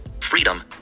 freedom